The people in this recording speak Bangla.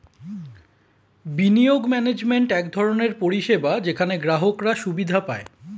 বিনিয়োগ ম্যানেজমেন্ট এক ধরনের পরিষেবা যেখানে গ্রাহকরা সুবিধা পায়